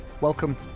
welcome